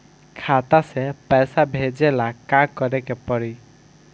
खाता से पैसा भेजे ला का करे के पड़ी?